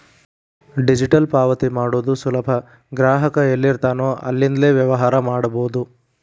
digital ಪಾವತಿ ಮಾಡೋದು ಸುಲಭ ಗ್ರಾಹಕ ಎಲ್ಲಿರ್ತಾನೋ ಅಲ್ಲಿಂದ್ಲೇ ವ್ಯವಹಾರ ಮಾಡಬೋದು